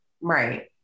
Right